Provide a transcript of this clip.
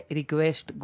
request